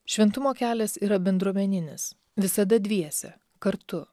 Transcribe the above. šventumo kelias yra bendruomeninis visada dviese kartu